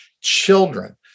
children